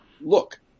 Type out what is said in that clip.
look